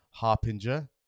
Harpinger